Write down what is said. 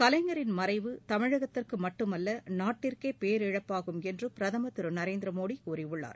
கலைஞரின் மறைவு தமிழகத்துக்கு மட்டுமல்ல நாட்டிற்கே பேரிழப்பாகும் என்று பிரதம் திரு நரேந்திரமோடி கூறியுள்ளார்